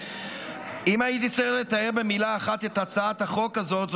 אם הייתי צריך לתאר במילה אחת את הצעת החוק הזאת,